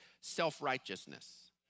Self-righteousness